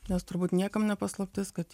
nes turbūt niekam ne paslaptis kad